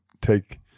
take